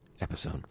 episode